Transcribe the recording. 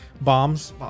bombs